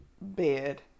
bed